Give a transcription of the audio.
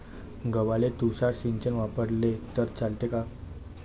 गव्हाले तुषार सिंचन वापरले तर चालते का?